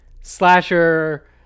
Slasher